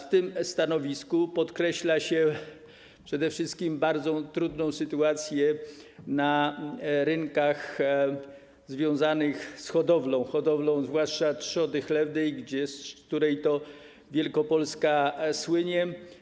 W tym stanowisku podkreśla się przede wszystkim bardzo trudną sytuację na rynkach związanych z hodowlą zwłaszcza trzody chlewnej, z której Wielkopolska słynie.